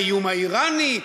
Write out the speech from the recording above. האיום האיראני,